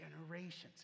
generations